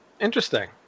interesting